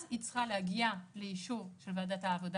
אז היא צריכה להגיע לאישור של ועדת העבודה